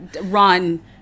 run